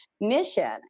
mission